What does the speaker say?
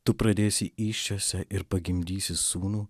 tu pradėsi įsčiose ir pagimdysi sūnų